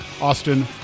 Austin